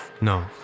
No